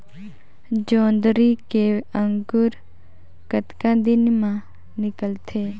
जोंदरी के अंकुर कतना दिन मां निकलथे?